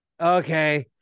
Okay